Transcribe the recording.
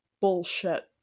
bullshit